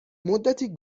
مدتی